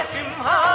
Simha